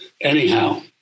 Anyhow